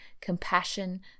compassion